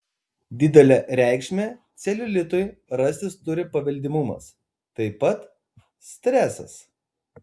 didelę reikšmę celiulitui rastis turi paveldimumas taip pat stresas